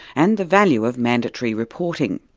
and the value of mandatory reporting.